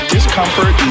Discomfort